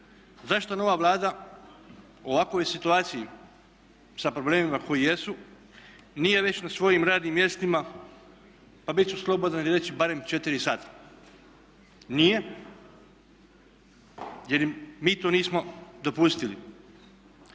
zašto nova Vlada u ovakvoj situaciji sa problemima koji jesu nije već na svojim radnim mjestima, pa bit ću slobodan reći barem četiri sata. Nije jer im mi to nismo dopustili.